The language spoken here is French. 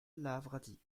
lavradi